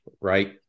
right